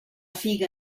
figa